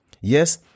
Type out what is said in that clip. Yes